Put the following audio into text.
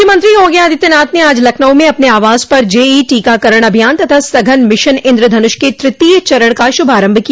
मुख्यमंत्री योगी आदित्यनाथ ने आज लखनऊ में अपने आवास पर जेई टीकाकरण अभियान तथा सघन मिशन इन्द्र धनुष के तृतीय चरण का शुभारंभ किया